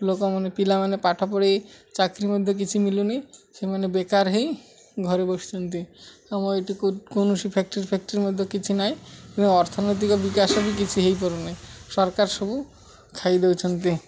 ଲୋକମାନେ ପିଲାମାନେ ପାଠ ପଢ଼ାଇ ଚାକିରୀ ମଧ୍ୟ କିଛି ମିଳୁନି ସେମାନେ ବେକାର ହେଇ ଘରେ ବସିଛନ୍ତି ଆମ ଏଠି କୌଣସି ଫ୍ୟାକ୍ଟ୍ରି ଫ୍ୟାକ୍ଟ୍ରି ମଧ୍ୟ କିଛି ନାଇଁ ଅର୍ଥନୈତିକ ବିକାଶ ବି କିଛି ହେଇପାରୁ ନାହିଁ ସରକାର ସବୁ ଖାଇ ଦଉଛନ୍ତି